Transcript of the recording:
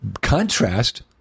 contrast